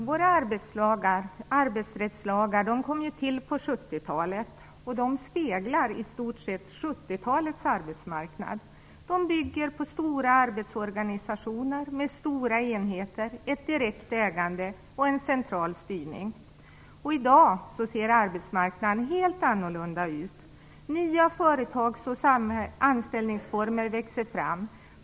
Herr talman! Våra arbetsrättslagar kom till på 1970-talet, och de speglar i stort sett 1970-talets arbetsmarknad. De bygger på stora arbetsorganisationer med stora enheter, ett direkt ägande och en central styrning. I dag ser arbetsmarknaden helt annorlunda ut. Nya företags och anställningsformer växer fram.